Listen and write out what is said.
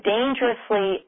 Dangerously